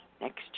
next